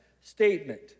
statement